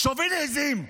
שוביניזם.